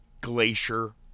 Glacier